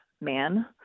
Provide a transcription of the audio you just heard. man